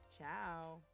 Ciao